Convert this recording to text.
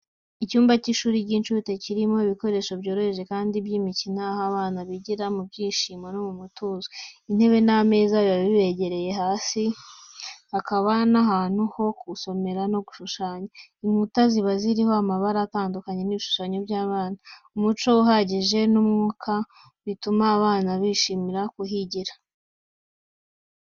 Icyumba cy’ishuri ry’incuke kirimo ibikoresho byoroheje kandi by’imikino, aho abana bigira mu byishimo no mu mutuzo. Intebe n’ameza biba byegereye hasi, hakaba n’ahantu ho gusomera no gushushanya. Inkuta ziba ziriho amabara atandukanye n’ibishushanyo by’abana. Umucyo uhagije n’umwuka mwiza, bituma abana bishimira kuhigira.